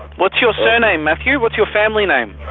what's your surname matthew, what's your family name?